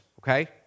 okay